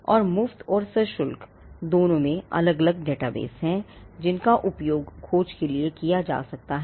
और मुफ्त और सशुल्क दोनों में अलग अलग डेटाबेस हैं जिनका उपयोग खोज के लिए किया जा सकता है